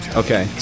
okay